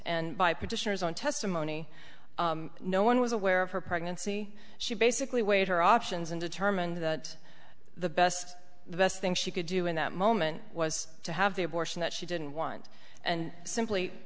and by petitioners on testimony no one was aware of her pregnancy she basically weighed her options and determined that the best the best thing she could do in that moment was to have the abortion that she didn't want and simply